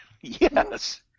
Yes